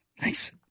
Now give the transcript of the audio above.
Thanks